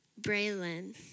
Braylon